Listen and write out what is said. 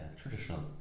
traditional